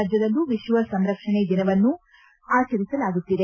ರಾಜ್ಯದಲ್ಲೂ ವಿಶ್ವ ಸಂರಕ್ಷಣೆ ದಿನವನ್ನು ಆಚರಿಸಲಾಗುತ್ತಿದೆ